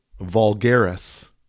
vulgaris